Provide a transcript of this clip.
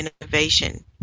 innovation